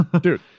dude